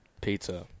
Pizza